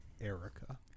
Erica